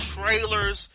trailers